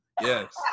yes